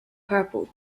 purple